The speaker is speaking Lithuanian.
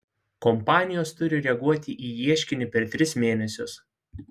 kompanijos turi reaguoti į ieškinį per tris mėnesius